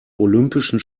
olympischen